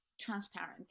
transparent